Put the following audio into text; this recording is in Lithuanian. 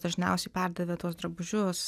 dažniausiai perdavė tuos drabužius